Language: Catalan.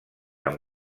amb